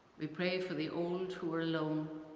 we pray for the old who were alone